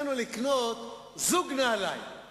יש לנו בעיות ביטחוניות מפה עד להודעה חדשה,